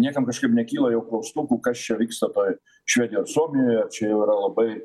niekam kažkaip nekyla jau klaustukų kas čia vyksta švedijoj ar suomijoj čia jau yra labai